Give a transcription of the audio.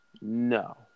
No